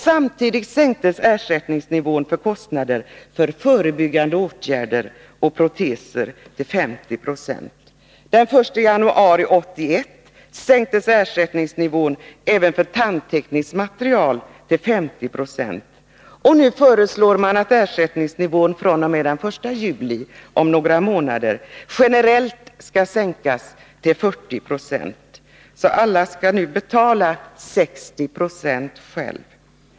Samtidigt sänktes ersättningsnivån för kostnader för förebyggande åtgärder och proteser till 50 26. Den 1 januari 1981 sänktes ersättningsnivån även för tandtekniskt material till 50 96. Nu föreslås att ersättningsnivån fr.o.m. den ljuli, om några månader, generellt skall sänkas till 40 26. Alla skall nu betala 60 9 själva.